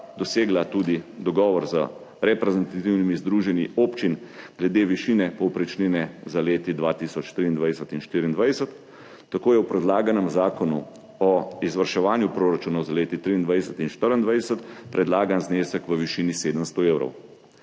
dosegla tudi dogovor z reprezentativnimi združenji občin glede višine povprečnine za leti 2023 in 2024. Tako je v predlaganem zakonu o izvrševanju proračunov za leti 2023 in 2024 predlagan znesek v višini 700 evrov.